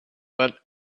but